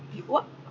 he what